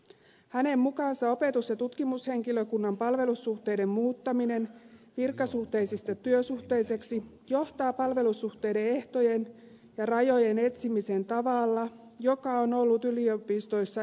hänen mukaansa opetus ja tutkimushenkilökunnan palvelussuhteiden muuttaminen virkasuhteisista työsuhteisiksi johtaa palvelussuhteiden ehtojen ja rajojen etsimiseen tavalla joka on ollut yliopistoissa ennentuntematonta